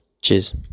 Cheers